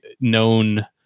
known